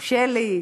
כמו שלי,